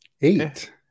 Eight